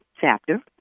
chapter